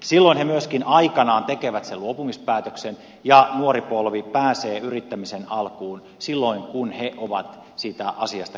silloin he myöskin aikanaan tekevät sen luopumispäätöksen ja nuori polvi pääsee yrittämisen alkuun silloin kun he ovat siitä asiasta kiinnostuneita